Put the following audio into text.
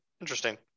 Interesting